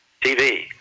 TV